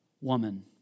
woman